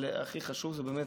אבל הכי חשוב זה באמת